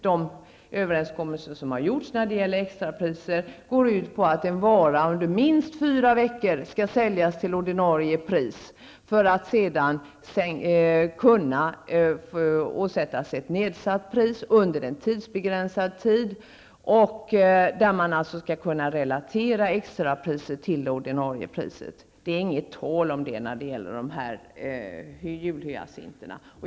De överenskommelser som har gjorts beträffande extrapriser går ut på att en vara under minst fyra veckor skall säljas till ordinarie pris för att sedan kunna åsättas ett nedsatt pris under en tidsbegränsad period. Man skall alltså kunna relatera extrapriset till det ordinarie priset. Det är inget tal om detta när det gäller julhyacinter.